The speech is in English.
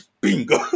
bingo